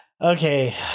Okay